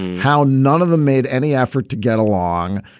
how none of them made any effort to get along,